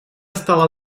стало